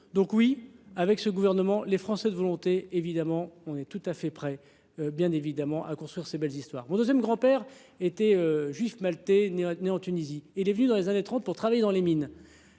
donc oui avec ce gouvernement, les Français de volonté évidemment, on est tout à fait prêt bien évidemment à construire ces belles histoires bon 2ème grand père était juif Maltais n'est né en Tunisie est devenu dans les années 30 pour travailler dans les mines